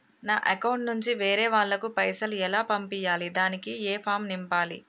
నా అకౌంట్ నుంచి వేరే వాళ్ళకు పైసలు ఎలా పంపియ్యాలి దానికి ఏ ఫామ్ నింపాలి?